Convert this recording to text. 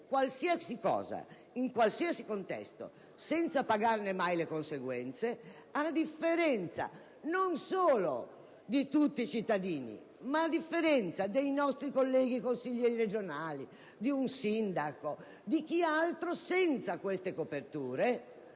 qualsiasi cosa, in qualsiasi contesto, senza pagarne mai le conseguenze, a differenza non solo di tutti i cittadini, ma dei nostri colleghi consiglieri regionali, di un sindaco, di chi senza queste coperture